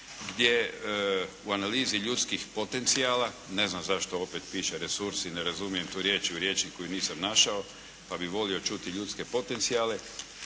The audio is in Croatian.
gdje u analizi ljudskih potencijala, ne znam zašto opet piše resursi, ne razumijem tu riječ u rječniku i nisam našao, pa bih volio čuti ljudske potencijale,